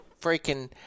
freaking